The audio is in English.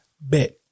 bet